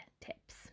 tips